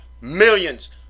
millions